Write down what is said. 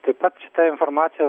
taip pat šitą informaciją